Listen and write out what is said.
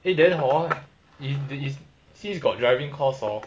eh then hor since got driving course hor